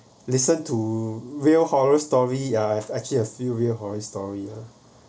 listen to real horror story I've actually a few horror story ah